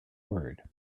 word